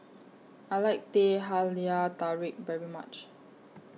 I like Teh Halia Tarik very much